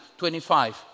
25